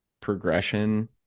progression